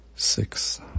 Six